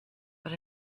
but